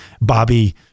Bobby